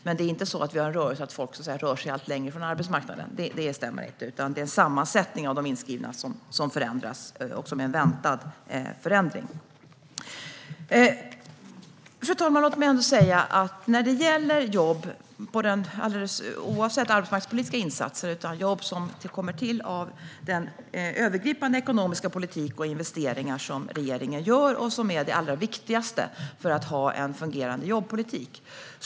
Men det är inte så att människor rör sig allt längre från arbetsmarknaden. Det stämmer inte. Det är sammansättningen av de inskrivna som förändras och som är en väntad förändring. Fru talman! Låt mig ändå säga något när det gäller jobb alldeles oavsett arbetsmarknadspolitiska insatser, jobb som kommer till av den övergripande ekonomiska politiken och de investeringar som regeringen gör, och som är det allra viktigaste för att ha en fungerande jobbpolitik.